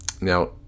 Now